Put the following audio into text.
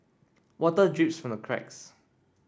water drips from the cracks